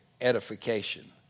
edification